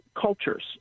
cultures